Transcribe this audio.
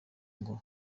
ngo